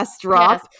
drop